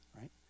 right